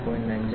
89555 - 57